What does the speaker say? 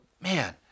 man